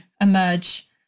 emerge